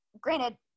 granted